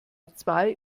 zwei